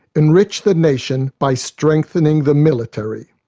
enrich the nation by strengthening the military.